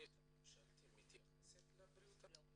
התכנית הממשלתית מתייחסת לבריאות הנפש?